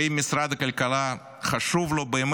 ואם למשרד הכלכלה באמת